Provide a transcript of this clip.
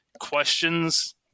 questions